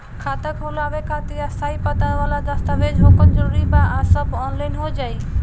खाता खोलवावे खातिर स्थायी पता वाला दस्तावेज़ होखल जरूरी बा आ सब ऑनलाइन हो जाई?